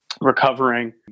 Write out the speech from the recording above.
recovering